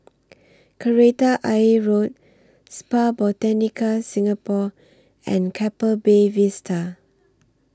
Kreta Ayer Road Spa Botanica Singapore and Keppel Bay Vista